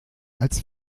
als